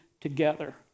together